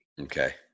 Okay